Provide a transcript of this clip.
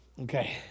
Okay